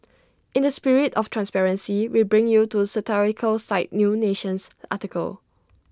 in the spirit of transparency we bring to you satirical site new nation's article